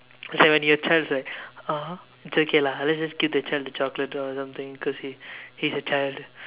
it's like when you are a child is like !aww! is okay lah let's just give the child the chocolate or something cause he's he's a child